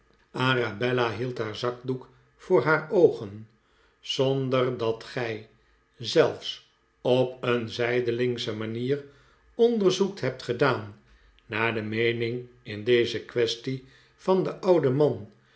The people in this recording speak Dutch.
arabella hield haar zakdoek voor haar oogen zonder dat gij zelfs op een zijdelingsche manier onderzoek hebt gedaan naar de meening in deze kwestie van den ouden man